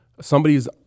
somebody's –